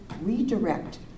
redirect